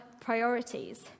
priorities